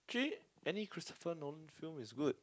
actually any Christopher Nolan film is good